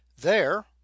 There